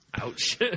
Ouch